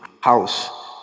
house